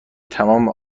تمام